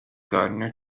gardener